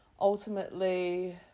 ultimately